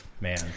man